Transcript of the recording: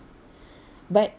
but